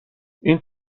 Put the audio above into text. این